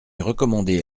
recommandé